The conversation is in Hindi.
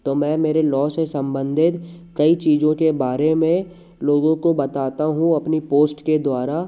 तो मैं मेरे लॉ से सम्बन्धित कई चीज़ों के बारे में लोगों को बताता हूँ अपनी पोस्ट के द्वारा